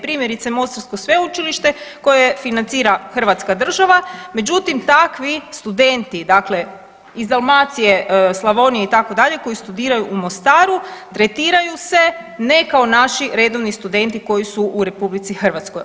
Primjerice mostarsko sveučilište koje financira hrvatska država, međutim takvi studenti dakle iz Dalmacije, Slavonije itd., koji studiraju u Mostaru tretiraju se ne kao naši redovni studenti koji su u RH.